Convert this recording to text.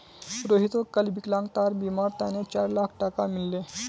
रोहितक कल विकलांगतार बीमार तने चार लाख टका मिल ले